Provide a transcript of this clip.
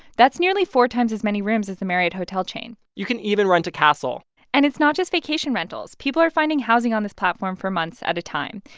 that's nearly four times as many rooms as the marriott hotel chain you can even rent a castle and it's not just vacation rentals. people are finding housing on this platform for months at a time,